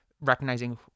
recognizing